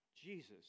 Jesus